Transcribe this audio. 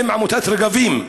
האם עמותת רגבים,